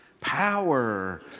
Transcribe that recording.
Power